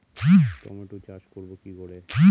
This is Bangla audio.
টমেটো চাষ করব কি করে?